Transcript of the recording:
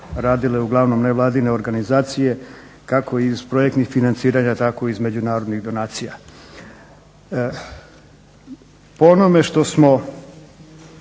radile uglavnom nevladine organizacije, kako iz projektnih financiranja tako i iz međunarodnih donacija.